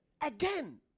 again